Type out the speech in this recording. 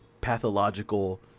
pathological